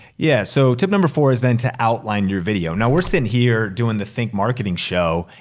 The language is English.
yeah so, tip number four is then to outline your video. now we're sittin' here doin' the think marketing show,